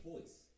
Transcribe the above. choice